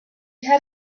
had